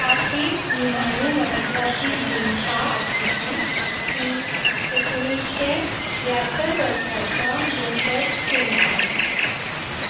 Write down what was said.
ताची निमाणी म्हत्वाची भुमिका आशिल्ली ती एकोणशे ब्यात्तर वर्साच्या लोफर सिनेमांत